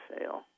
fail